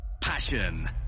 passion